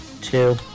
two